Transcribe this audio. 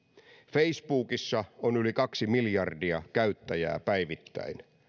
facebookissa on yli kaksi miljardia käyttäjää päivittäin